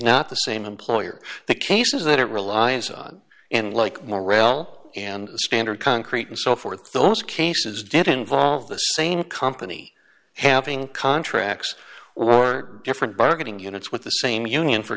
not the same employer the cases that it relies on and like morrell and standard concrete and so forth those cases don't involve the same company having contracts or different bargaining units with the same union for